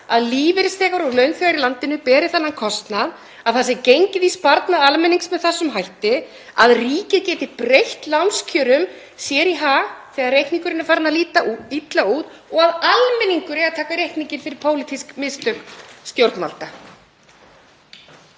að lífeyrisþegar og launþegar í landinu beri þennan kostnað, að gengið sé í sparnað almennings með þessum hætti, að ríkið geti breytt lánskjörum sér í hag þegar reikningurinn er farinn að líta illa út og að almenningur eigi að taka upp reikninginn fyrir pólitísk mistök stjórnvalda?